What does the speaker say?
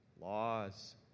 laws